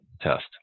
test